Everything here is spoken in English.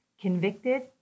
convicted